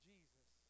Jesus